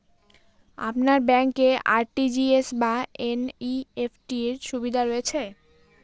আপনার ব্যাংকে আর.টি.জি.এস বা এন.ই.এফ.টি র সুবিধা রয়েছে?